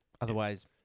Otherwise